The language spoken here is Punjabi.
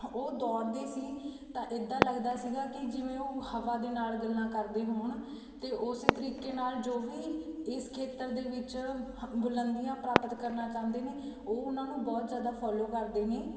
ਉਹ ਦੌੜਦੇ ਸੀ ਤਾਂ ਇੱਦਾਂ ਲੱਗਦਾ ਸੀਗਾ ਕਿ ਜਿਵੇਂ ਉਹ ਹਵਾ ਦੇ ਨਾਲ਼ ਗੱਲਾਂ ਕਰਦੇ ਹੋਣ ਅਤੇ ਉਸ ਤਰੀਕੇ ਨਾਲ਼ ਜੋ ਵੀ ਇਸ ਖੇਤਰ ਦੇ ਵਿੱਚ ਹ ਬੁਲੰਦੀਆਂ ਪ੍ਰਾਪਤ ਕਰਨਾ ਚਾਹੁੰਦੇ ਨੇ ਉਹ ਉਹਨਾਂ ਨੂੰ ਬਹੁਤ ਜ਼ਿਆਦਾ ਫੋਲੋ ਕਰਦੇ ਨੇ